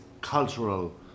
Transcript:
cultural